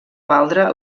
valdre